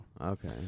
Okay